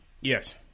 Yes